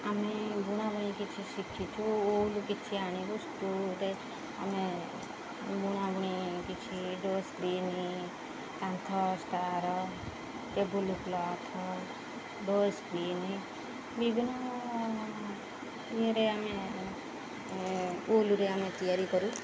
ଆମେ ବୁଣାବୁଣି କିଛି ଶିଖିଛୁ ଉଲ୍ କିଛି ଆଣି ଆମେ ବୁଣାବୁଣି କିଛି ଡୋରସ୍କ୍ରିନ୍ କାନ୍ଥଷ୍ଟାର ଟେବୁଲ୍ କ୍ଲଥ୍ ଡୋରସ୍କ୍ରିନ୍ ବିଭିନ୍ନ ଇଏରେ ଆମେ ଉଲ୍ରେ ଆମେ ତିଆରି କରୁ